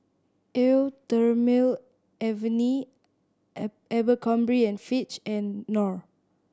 Eau Thermale Avene Abercrombie and Fitch and Knorr